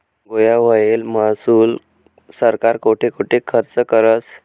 गोया व्हयेल महसूल सरकार कोठे कोठे खरचं करस?